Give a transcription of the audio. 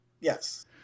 Yes